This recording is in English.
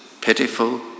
pitiful